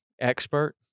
expert